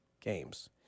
games